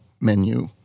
menu